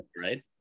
right